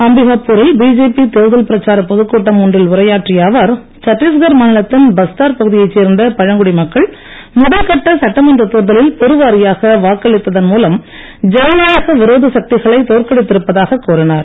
அம்பிகா பூரில் பிஜேபி தேர்தல் பிரச்சாரப் பொதுக்கூட்டம் ஒன்றில் உரையாற்றிய அவர் சட்டீஸ்கர் மாநிலத்தின் பஸ்தார் பகுதியைச் சேர்ந்த பழங்குடி மக்கள் முதல்கட்ட சட்டமன்றத் தேர்தலில் பெருவாரியாக வாக்களித்ததன் மூலம் ஜனநாயக விரோத சக்திகளை தோற்கடித்திருப்பதாக்க் கூறினார்